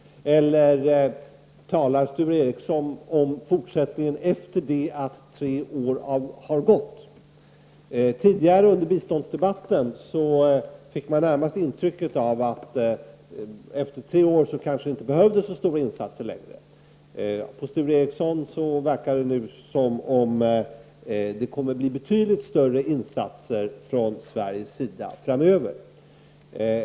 Eller talar Sture Ericson om fortsättningen efter det att tre år har gått? Tidigare under biståndsdebatten fick man närmast intrycket av att det kanske inte längre behövdes så stora insatser efter tre år. På Sture Ericson verkar det nu som om det kommer att bli betydligt större insatser från Sveriges sida framöver.